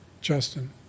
Justin